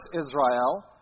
Israel